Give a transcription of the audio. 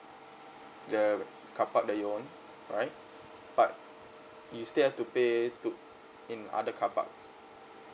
the car park that you owned alright but you still have to pay to in other car parks